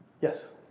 yes